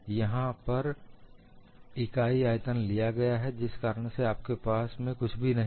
यहां पर इकाई आयतन लिया गया है जिस कारण से आपके पास में कुछ भी नहीं है